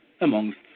amongst